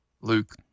Luke